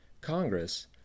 Congress